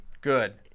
good